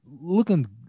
looking